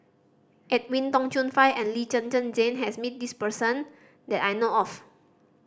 Edwin Tong Chun Fai and Lee Zhen Zhen Jane has met this person that I know of